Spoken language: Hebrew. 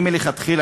מלכתחילה,